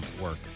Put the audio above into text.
work